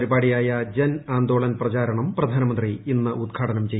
പരിപാടിയായ ജൻ ആന്തോളൻ പ്രചാരണം പ്രധാനമന്ത്രി ഇന്ന് ഉദ്ഘാടനം ചെയ്യും